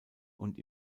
und